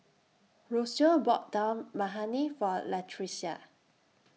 Rocio bought Dal Makhani For Latricia